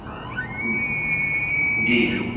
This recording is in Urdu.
ہاں جی جی